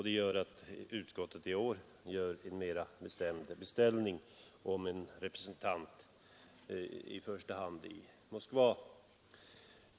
Därför gör utskottet i år en mera bestämd skrivning om en lantbruksrepresentant i första hand i Moskva.